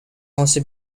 also